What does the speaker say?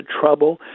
trouble